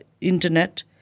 internet